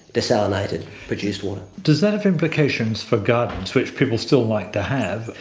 desalinated produced water. does that have implications for gardens, which people still like to have,